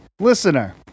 listener